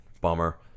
bummer